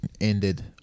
ended